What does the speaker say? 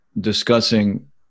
discussing